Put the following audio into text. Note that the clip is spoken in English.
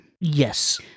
yes